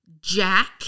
Jack